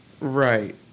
right